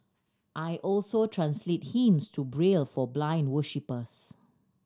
I also translate hymns to Braille for blind worshippers